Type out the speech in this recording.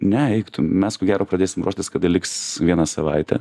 ne eik tu mes ko gero pradėsim ruoštis kada liks viena savaitė